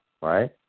right